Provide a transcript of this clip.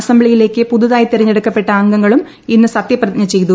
അസ്റ്റബ്ലിയിലേക്ക് പുതുതായി തെരഞ്ഞെടുക്കപ്പെട്ട അംഗങ്ങളും ഇന്ന് സ്ത്യപ്രതിജ്ഞ ചെയ്തു